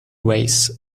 race